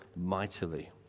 mightily